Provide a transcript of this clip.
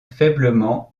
faiblement